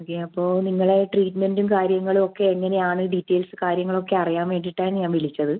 okay അപ്പോൾ നിങ്ങളെ ട്രീറ്റ്മെൻ്റും കാര്യങ്ങളും ഒക്കെ എങ്ങനെ ആണ് ഡീറ്റെയിൽസ് കാര്യങ്ങളൊക്കെ അറിയാൻ വേണ്ടിയിട്ടാണ് ഞാൻ വിളിച്ചത്